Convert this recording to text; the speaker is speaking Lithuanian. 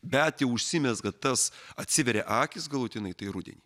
bet jau užsimezga tas atsiveria akys galutinai tai rudenį